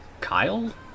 Kyle